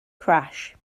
crash